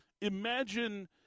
imagine